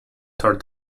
tore